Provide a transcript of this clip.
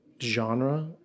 genre